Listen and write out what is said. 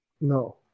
No